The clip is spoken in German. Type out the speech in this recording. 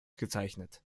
gezeichnet